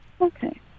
Okay